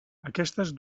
aquestes